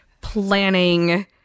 planning